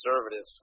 conservative